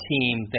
team